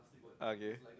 okay